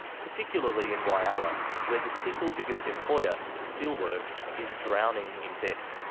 particularly in whyalla where the single biggest employer, the steelworks, is drowning in debt.